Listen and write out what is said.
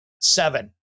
seven